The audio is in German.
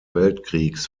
weltkriegs